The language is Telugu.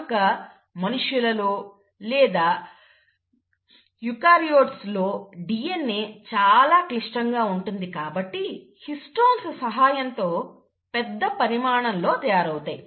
కనుక మనుష్యులలో లేదా యూకార్యోట్స్ లో DNA చాలా క్లిష్టంగా ఉంటుంది కాబట్టి హిస్టోన్స్ సహాయంతో పెద్ద పరిమాణంలో తయారవుతాయి